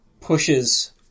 pushes